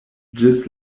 ĝis